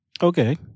Okay